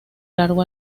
largo